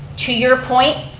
to your point,